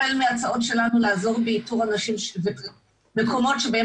החל מהצעות שלנו לעזור באיתור מקומות שבהם